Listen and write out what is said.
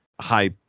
high